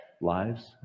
Lives